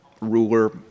ruler